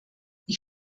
ich